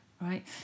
right